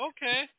Okay